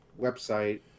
website